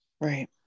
Right